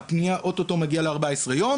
להתריע שהפנייה אוטוטו מגיעה ל-14 יום